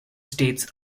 states